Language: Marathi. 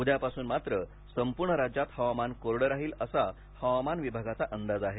उद्यापासून मात्र संपूर्ण राज्यात हवामान कोरडं राहील असा हवामान विभागाचा अंदाज आहे